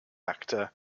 actor